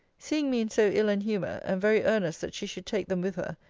seeing me in so ill an humour, and very earnest that she should take them with her,